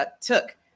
took